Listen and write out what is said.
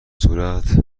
صورت